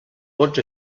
vots